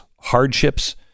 hardships